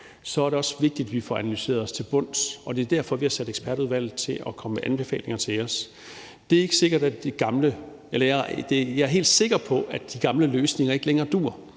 skrumper, er vigtigt, at vi får analyseret det til bunds, og det er derfor, vi har sat ekspertudvalget til at komme med anbefalinger til os. Jeg er helt sikker på, at de gamle løsninger ikke længere duer.